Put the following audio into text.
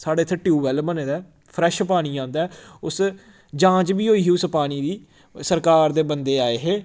साढ़े इत्थै टयूबवैल बने दा ऐ फ्रैश पानी औंदा ऐ उस जांच बी होई ही उस पानी दी सरकार दे बंदे आए हे